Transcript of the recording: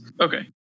Okay